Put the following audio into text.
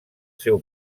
seu